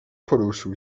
poruszył